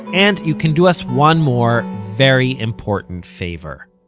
and you can do us one more, very important, favor.